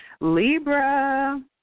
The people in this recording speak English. Libra